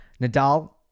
Nadal